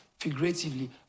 Figuratively